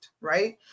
right